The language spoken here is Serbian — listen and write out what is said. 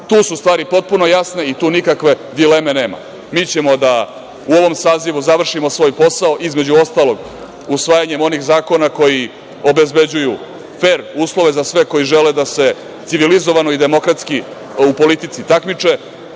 Tu su stvari potpuno jasne i tu nikakve dileme nema. Mi ćemo da u ovom sazivu završimo svoj posao, između ostalog usvajanjem onih zakona koji obezbeđuju fer uslove za sve koji žele da se civilizovano i demokratski u politici takmiče,